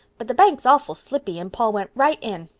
but the bank's awful slippy and paul went right in.